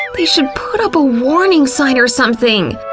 they should put up a warning sign or something!